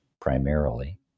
primarily